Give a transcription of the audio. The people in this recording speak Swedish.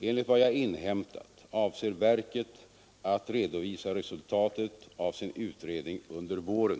Enligt vad jag inhämtat avser verket att redovisa resultatet av sin utredning under våren.